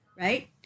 right